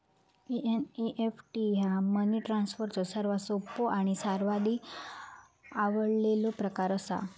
NEFT ह्या money ट्रान्सफरचो सर्वात सोपो आणि सर्वाधिक आवडलेलो प्रकार असा